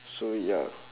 so ya